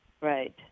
Right